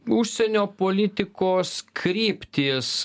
užsienio politikos kryptys